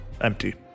empty